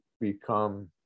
become